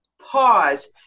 pause